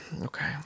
Okay